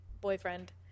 boyfriend